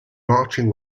marching